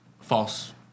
false